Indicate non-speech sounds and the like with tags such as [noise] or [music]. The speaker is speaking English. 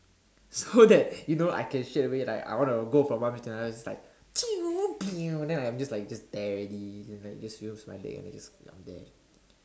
so that you know I can straight away like I want to go from one place to another just like [noise] then I'm just like just there already then like just of use my legs and then just I'm there